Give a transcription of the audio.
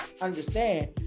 understand